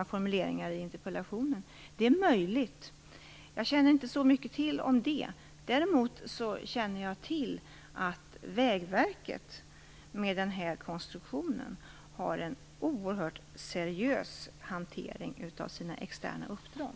att det formulerades i interpellationen - kartellbildning. Det är möjligt, men jag känner inte till så mycket om det. Däremot känner jag till att Vägverket med den här konstruktionen har en oerhört seriös hantering av sina externa uppdrag.